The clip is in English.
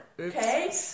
okay